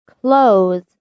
Clothes